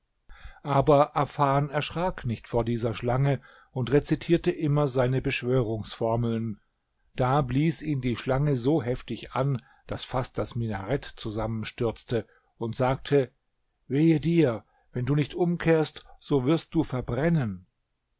aber afan erschrak nicht vor dieser schlange und rezitierte immer seine beschwörungsformeln da blies ihn die schlange so heftig an daß fast das minarett zusammenstürzte und sagte wehe dir wenn du nicht umkehrst so wirst du verbrennen